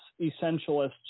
essentialists